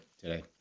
today